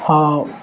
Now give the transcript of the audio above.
ହଁ